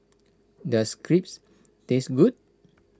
does Crepes taste good